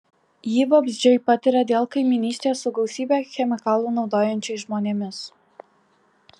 jį vabzdžiai patiria dėl kaimynystės su gausybę chemikalų naudojančiais žmonėmis